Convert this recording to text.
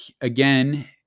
again